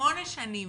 שמונה שנים.